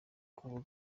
kuvuga